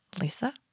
Lisa